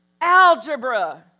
algebra